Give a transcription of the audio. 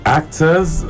actors